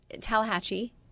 Tallahatchie